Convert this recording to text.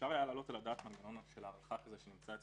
שאפשר היה להעלות על הדעת מנגנון של הארכה שנמצא אצל